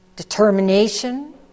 Determination